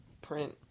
print